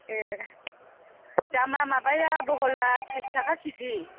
ए दामा माबाया भला ट्रिस टाखा केजि